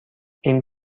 این